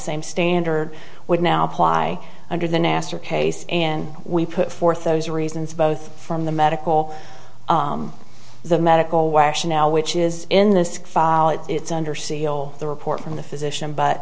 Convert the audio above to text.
same standard would now apply under the nasser case and we put forth those reasons both from the medical the medical wesh now which is in this case it's under seal the report from the physician but